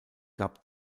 gab